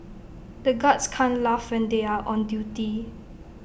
the guards can't laugh when they are on duty